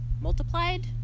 multiplied